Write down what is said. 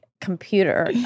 computer